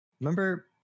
Remember